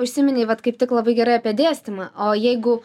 užsiminei vat kaip tik labai gerai apie dėstymą o jeigu